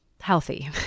healthy